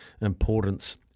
importance